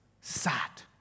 sat